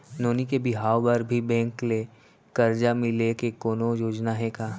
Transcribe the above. नोनी के बिहाव बर भी बैंक ले करजा मिले के कोनो योजना हे का?